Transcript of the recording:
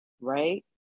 right